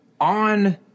on